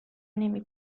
نمی